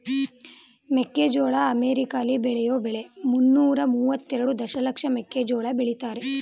ಮೆಕ್ಕೆಜೋಳ ಅಮೆರಿಕಾಲಿ ಬೆಳೆಯೋ ಬೆಳೆ ಮುನ್ನೂರ ಮುವತ್ತೆರೆಡು ದಶಲಕ್ಷ ಮೆಕ್ಕೆಜೋಳ ಬೆಳಿತಾರೆ